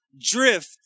drift